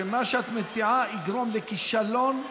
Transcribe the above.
שמה שאת מציעה יגרום לכישלון,